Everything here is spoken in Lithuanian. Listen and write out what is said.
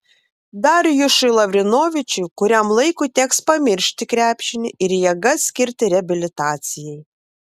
darjušui lavrinovičiui kuriam laikui teks pamiršti krepšinį ir jėgas skirti reabilitacijai